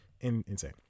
insane